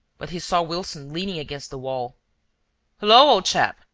but he saw wilson leaning against the wall hullo, old chap,